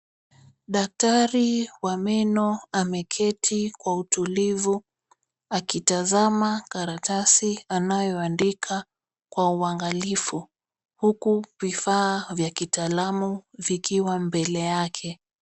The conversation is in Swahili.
Daktari wa meno ameketi kwa utulivu akitazama karatasi anayoandika kwa uangalifu huku vifaa vya kitaalamu vikiwa mbele yake.